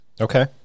Okay